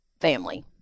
family